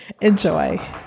enjoy